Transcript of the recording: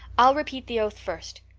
i'll repeat the oath first.